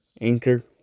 Anchor